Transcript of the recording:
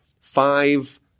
five